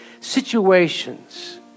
situations